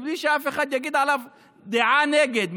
בלי שאף אחד יגיד על זה דעה נגד,